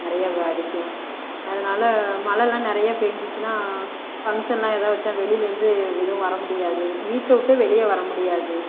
நிறைய அடிக்கும் அதனால் மழைல்லாம் நிறைய பெஞ்சிச்சுன்னா ஃபங்ஷனில் ஏதாவது வச்சா வெளிலேருந்து எதுவும் வர முடியாது வீட்டவிட்டே வெளிய வர முடியாது